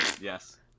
yes